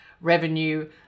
revenue